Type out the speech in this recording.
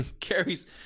carries